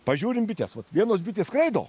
pažiūrim bites vat vienos bitės skraido